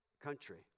country